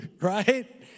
right